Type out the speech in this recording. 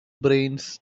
brains